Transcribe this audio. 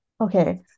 okay